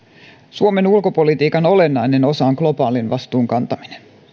suomen ulkopolitiikan olennainen osa on globaalin vastuun kantaminen